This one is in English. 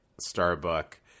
Starbuck